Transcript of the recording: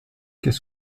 qu’est